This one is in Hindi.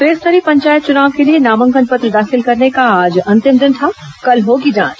त्रिस्तरीय पंचायत चुनाव के लिए नामांकन पत्र दाखिल करने का आज अंतिम दिन था कल होगी जांच